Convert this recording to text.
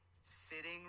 sitting